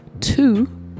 two